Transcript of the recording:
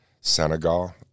Senegal